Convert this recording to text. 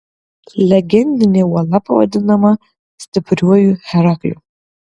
legendinė uola pavadinama stipriuoju herakliu